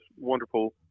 wonderful